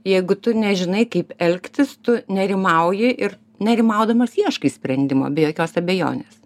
jeigu tu nežinai kaip elgtis tu nerimauji ir nerimaudamas ieškai sprendimo be jokios abejonės